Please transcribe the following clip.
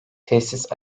tesis